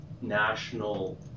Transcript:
National